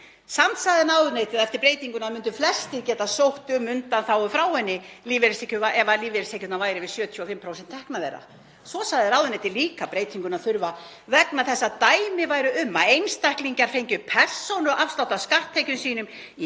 Samt sagði ráðuneytið að eftir breytinguna myndu flestir geta sótt um undanþágu frá henni ef lífeyristekjurnar væru yfir 75% tekna þeirra. Svo sagði ráðuneytið líka breytinguna þurfa vegna þess að dæmi væru um að einstaklingar fengju persónuafslátt af skatttekjum sínum í